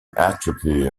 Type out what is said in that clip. atrophy